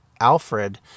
Alfred